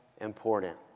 important